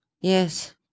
Yes